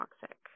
toxic